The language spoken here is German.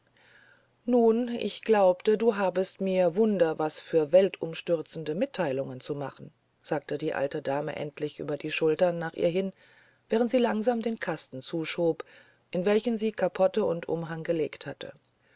nun ich glaubte du habest mir wunder was für weltumstürzende mitteilungen zu machen sagte die alte dame endlich über die schultern nach ihr hin während sie langsam den kasten zuschob in welchen sie kapotte und umhang gelegt hatte